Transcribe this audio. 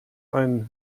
ein